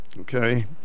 Okay